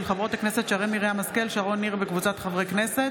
של חברות הכנסת שרן מרים השכל ושרון ניר וקבוצת חברי הכנסת.